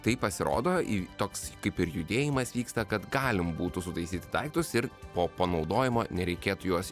tai pasirodo į toks kaip ir judėjimas vyksta kad galima būtų sutaisyti daiktus ir po panaudojimo nereikėtų juos